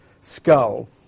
skull